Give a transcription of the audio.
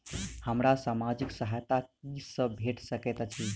हमरा सामाजिक सहायता की सब भेट सकैत अछि?